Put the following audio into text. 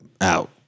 out